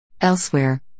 Elsewhere